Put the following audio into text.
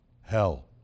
hell